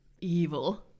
evil